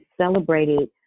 celebrated